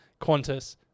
Qantas